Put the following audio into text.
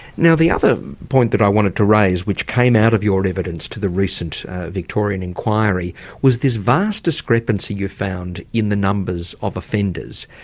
now the other point that i wanted to raise which came out of your evidence to the recent victorian inquiry was this vast discrepancy you found in the numbers of offenders.